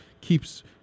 keeps